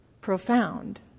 profound